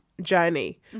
journey